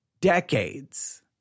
decades